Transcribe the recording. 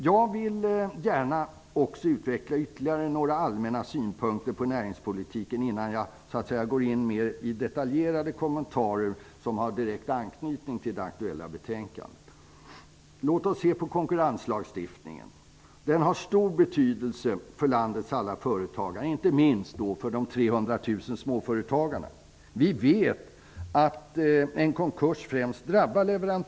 Jag vill gärna också ytterligare utveckla några allmänna synpunkter på näringspolitiken innan jag går in i mer detaljerade kommentarer, som har direkt anknytning till det aktuella betänkandet. Låt oss se på konkurrenslagstiftningen. Den har stor betydelse för landets alla företagare, inte minst för de 300 000 småföretagarna. Vi vet att en konkurs främst drabbar leverantörer.